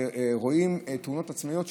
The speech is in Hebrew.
ורואים תאונות עצמיות,